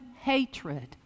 hatred